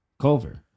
Culver